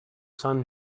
sun